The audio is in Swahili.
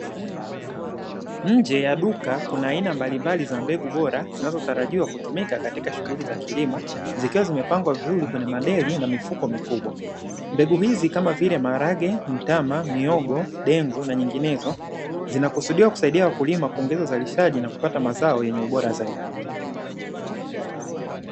Nje ya duka kuna aina mbalimbali za mbegu bora zinazotarajiwa kutumika katika shughuli za kilimo, zikiwa zimepangwa vizuri kwenye madeli na mifuko mikubwa. Mbegu hizi kama vile; maharage, mtama, mihogo, dengu, na nyinginezo; zinakusudiwa kusaidia wakulima kuongeza uzalishaji na kupata mazao yenye ubora zaidi.